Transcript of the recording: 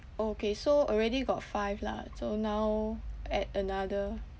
okay so already got five lah so now add another